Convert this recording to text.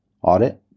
audit